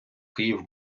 київ